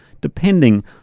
depending